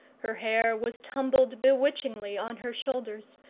her hair was tumbled bewitchingly on her shoulders,